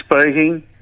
speaking